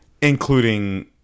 including